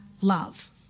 love